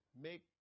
make